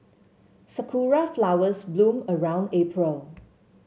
sakura flowers bloom around April